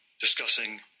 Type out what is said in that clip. discussing